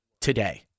today